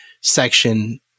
section